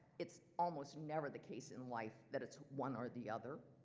it's almost never the case in life that it's one or the other.